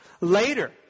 later